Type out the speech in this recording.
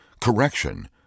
correction